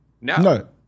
No